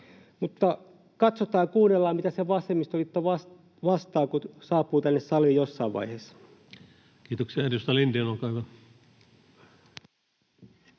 Mutta katsotaan ja kuunnellaan, mitä se vasemmistoliitto vastaa, kun saapuu tänne saliin jossain vaiheessa. [Speech 107] Speaker: